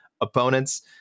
opponents